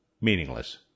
meaningless